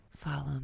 follow